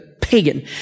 pagan